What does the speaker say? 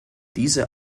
diese